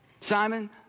Simon